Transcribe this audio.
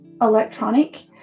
electronic